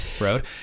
road